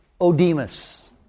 O'Demus